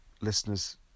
listeners